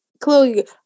Chloe